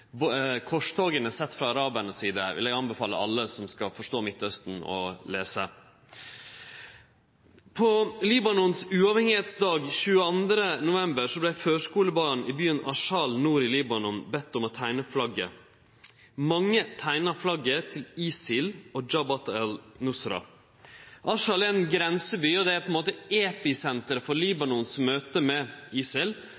boka «Korstogene sett fra arabernes side». Den vil eg anbefale alle som skal forstå Midtausten, å lese. På Libanon sin sjølvstendedag, 22. november, vart førskulebarn i byen Arsal, nord i Libanon, bedne om å teikne flagget. Mange teikna flagget til ISIL og Jabhat al-Nusra. Arsal er ein grenseby og er på ein måte episenteret for